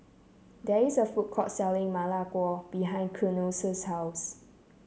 there is a food court selling Ma Lai Gao behind Keanu's house